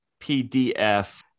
PDF